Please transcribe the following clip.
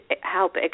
help